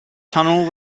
tunnel